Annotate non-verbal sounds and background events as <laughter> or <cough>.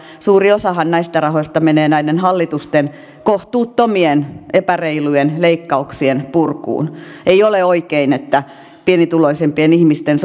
suuri osahan näistä rahoista menee näiden hallituksen kohtuuttomien epäreilujen leikkauksien purkuun ei ole oikein että pienituloisimpien ihmisten <unintelligible>